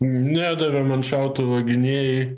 nedavė man šautuvo gynėjai